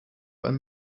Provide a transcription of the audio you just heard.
allem